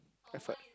effort